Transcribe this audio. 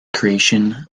creation